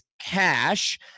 cash